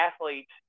athletes